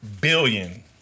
billion